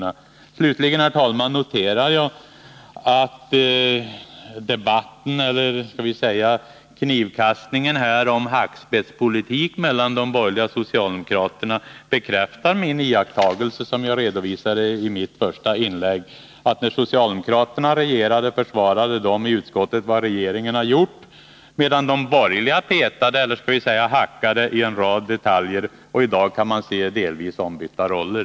Onsdagen den Slutligen, herr talman, noterar jag att knivkastningen om hackspettspolitik 20 maj 1981 mellan de borgerliga och socialdemokraterna bekräftar den iakttagelse som jag redovisade i mitt första inlägg: när socialdemokraterna regerade försvarade de i utskottet vad regeringen gjort, medan de borgerliga hackade i en rad detaljer. I dag kan man delvis se ombytta roller.